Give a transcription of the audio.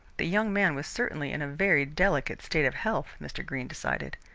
the young man was certainly in a very delicate state of health, mr. greene decided.